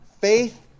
Faith